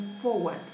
forward